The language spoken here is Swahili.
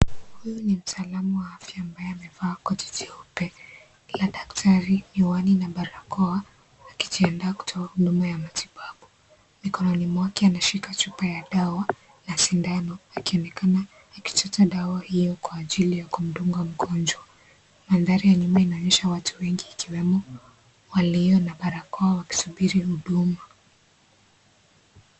Huyu ni mtaalamu wa afya ambaye amevaa koti jeupe la daktari, miwani na barakoa akijiandaa kutoa huduma ya matibabu. Mikononi mwake anashika chupa ya dawa na sindano akionekana akichota dawa hio kwa ajili ya kumdunga mgonjwa. Mandhari ya nyuma inaonyesha watu wengi ikiwemo walio na barakoa wakisubiri huduma.